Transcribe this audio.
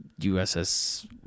USS